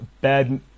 bad